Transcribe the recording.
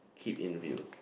keep in view